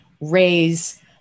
raise